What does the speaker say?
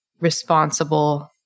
responsible